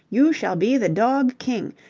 you shall be the dog king,